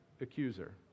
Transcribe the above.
accuser